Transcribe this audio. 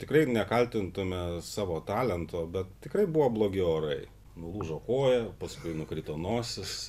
tikrai nekaltintume savo talento bet tikrai buvo blogi orai nulūžo koja paskui nukrito nosis